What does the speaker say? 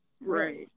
Right